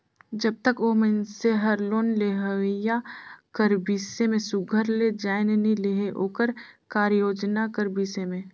जब तक ओ मइनसे हर लोन लेहोइया कर बिसे में सुग्घर ले जाएन नी लेहे ओकर कारयोजना कर बिसे में